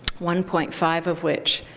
one point five of which